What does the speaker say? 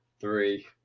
three